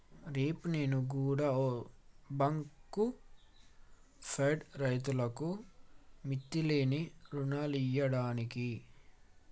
రేపు నేను గుడ ఓ బాంకు పెడ్తా, రైతులకు మిత్తిలేని రుణాలియ్యడానికి